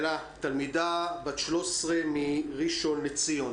תלמידה בת 13 מראשון לציון.